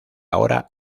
hora